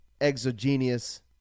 exogenous